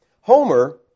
Homer